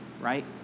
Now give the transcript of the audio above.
right